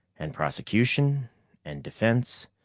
and prosecution and defense.